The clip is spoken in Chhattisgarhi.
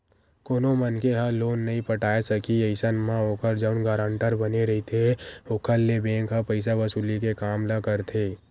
कोनो मनखे ह लोन नइ पटाय सकही अइसन म ओखर जउन गारंटर बने रहिथे ओखर ले बेंक ह पइसा वसूली के काम ल करथे